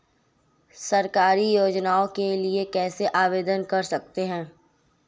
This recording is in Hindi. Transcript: सरकारी योजनाओं के लिए कैसे आवेदन कर सकते हैं?